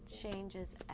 changes